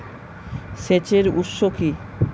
সেচের উৎস কি?